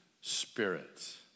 Spirit